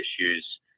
issues